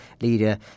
leader